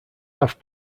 half